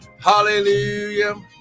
Hallelujah